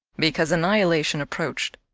because annihilation approached.